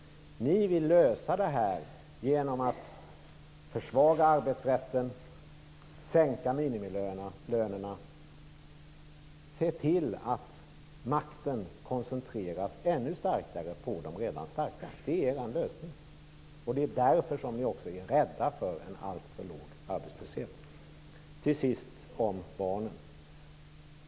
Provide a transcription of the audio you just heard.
Ni vill lösa problemen genom att försvaga arbetsrätten, sänka minimilönerna och se till att makten koncentreras i ännu större utsträckning på de redan starka. Det är er lösning. Det är därför som ni också är rädda för en alltför låg arbetslöshet. Till sist vill jag tala om barnen.